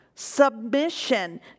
Submission